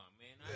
man